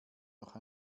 noch